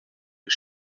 per